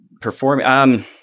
Performing